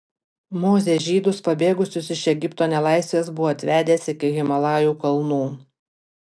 mozė žydus pabėgusius iš egipto nelaisvės buvo atvedęs iki himalajų kalnų